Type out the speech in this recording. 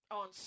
on